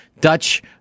dutch